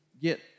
get